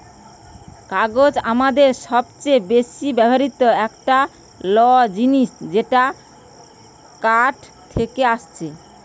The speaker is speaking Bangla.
কাগজ আমাদের সবচে বেশি ব্যবহৃত একটা ল জিনিস যেটা কাঠ থেকে আসছে